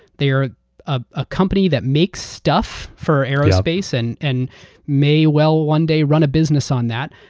they are a company that makes stuff for aerospace and and may well one day run a business on that.